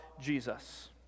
Jesus